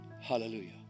Hallelujah